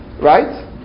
right